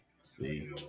See